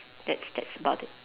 that's that's about it